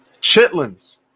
Chitlins